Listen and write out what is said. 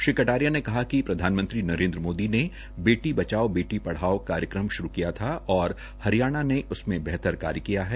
श्री कटारयिा ने कहा कि प्रधानमंत्री नरेन्द्र मोदी ने बेटी बचाओ बेटी पढ़ाओ कार्यक्रम श्रू किया था और हरियाणा ने उसमें बेहतर कार्य किया है